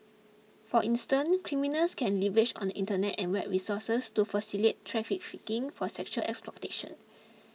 for instance criminals can leverage on the Internet and web resources to facilitate trafficking for sexual exploitation